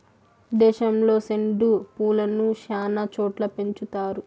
దేశంలో సెండు పూలను శ్యానా చోట్ల పెంచుతారు